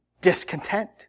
Discontent